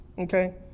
Okay